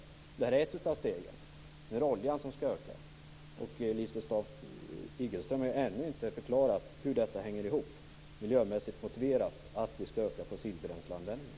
Det här är ett av stegen. Nu är det oljan som skall öka. Lisbeth Staaf-Igelström har ännu inte förklarat hur det hänger ihop att det skulle vara miljömässigt motiverat att vi ökar fossilbränsleanvändningen.